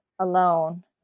alone